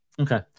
Okay